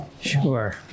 Sure